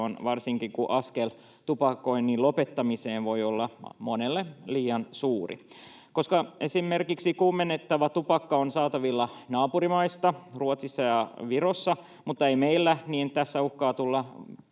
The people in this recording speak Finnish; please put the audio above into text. varsinkin kun askel tupakoinnin lopettamiseen voi olla monelle liian suuri. Koska esimerkiksi kuumennettavaa tupakkaa on saatavilla naapurimaissa Ruotsissa ja Virossa mutta ei meillä, tästä uhkaa tulla